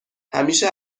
همیشه